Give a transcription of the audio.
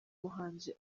muhanzi